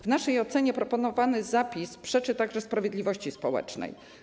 W naszej ocenie proponowany zapis przeczy także sprawiedliwości społecznej.